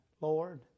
Lord